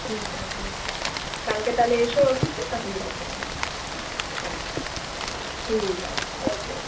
ঠিক আছে কালকে তাহলে এসো অফিসে তখন কথা হবে হ্যাঁ ঠিক আছে ওকে ওকে